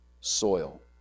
soil